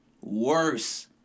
Worse